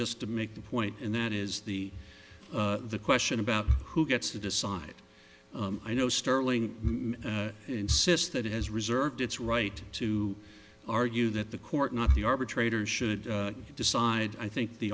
just to make the point and that is the the question about who gets to decide i know sterling insists that it has reserved its right to argue that the court not the arbitrator should decide i think the